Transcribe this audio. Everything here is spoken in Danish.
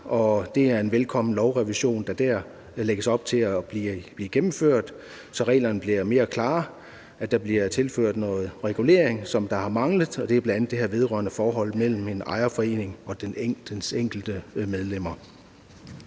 det er en velkommen lovrevision, der dér lægges op til at blive gennemført, så reglerne bliver mere klare. Der bliver tilført noget regulering, som har manglet, og det er bl.a. det her vedrørende forholdet mellem en ejerforening og dens enkelte medlemmer.